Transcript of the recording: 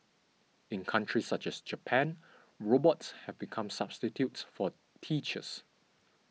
in countries such as Japan robots have become substitutes for teachers